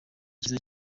cyiza